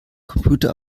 computer